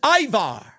Ivar